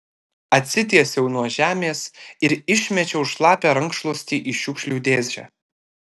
atsitiesiau nuo žemės ir išmečiau šlapią rankšluostį į šiukšlių dėžę